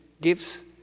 gives